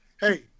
hey